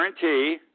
guarantee